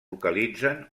localitzen